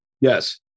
Yes